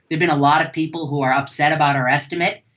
been been a lot of people who are upset about our estimate,